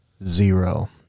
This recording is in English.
Zero